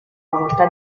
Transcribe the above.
facoltà